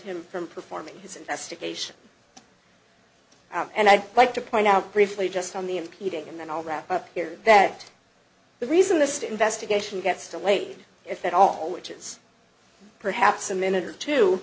him from performing his investigation and i'd like to point out briefly just on the impeding and then i'll wrap up here that the reason the state investigation gets delayed if at all it is perhaps a minute or two